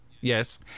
Yes